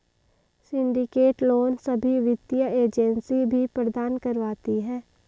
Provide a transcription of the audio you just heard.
syndicate loan सभी वित्तीय agency भी प्रदान करवाती है